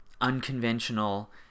unconventional